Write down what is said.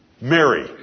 Mary